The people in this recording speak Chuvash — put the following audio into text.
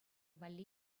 валли